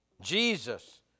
Jesus